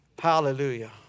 Hallelujah